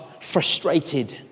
frustrated